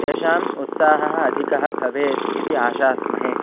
तेषाम् उत्साहः अधिकः भवेत् इति आशास्महे